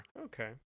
Okay